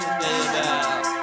baby